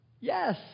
Yes